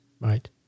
Right